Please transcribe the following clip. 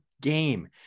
game